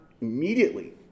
immediately